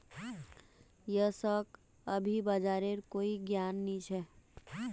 यशक अभी बाजारेर कोई ज्ञान नी छ